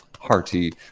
hearty